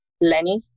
Lenny